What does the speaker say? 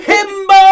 Himbo